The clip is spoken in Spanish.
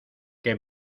que